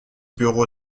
bureau